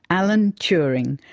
alan turing,